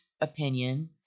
opinion